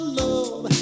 love